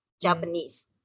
Japanese